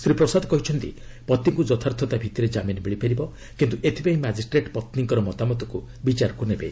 ଶ୍ରୀ ପ୍ରସାଦ କହିଛନ୍ତି ପତିଙ୍କ ଯଥାର୍ଥତା ଭିଭିରେ ଜାମିନ୍ ମିଳିପାରିବ କିନ୍ତୁ ଏଥିପାଇଁ ମାଜିଷ୍ଟ୍ରେଟ୍ ପତ୍ନୀଙ୍କର ମତାମତକୁ ବିଚାରକୁ ନେବେ